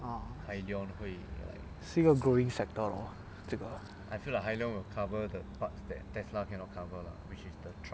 ah 是一个 growing sector lor 这个